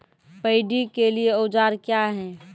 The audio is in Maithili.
पैडी के लिए औजार क्या हैं?